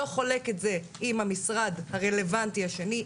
לא חולק את זה עם המשרד הרלוונטי השני,